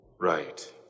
right